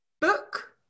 Book